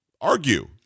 argue